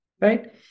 right